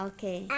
Okay